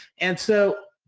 and so,